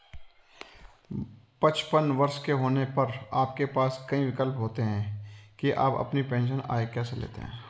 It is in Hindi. पचपन वर्ष के होने पर आपके पास कई विकल्प होते हैं कि आप अपनी पेंशन आय कैसे लेते हैं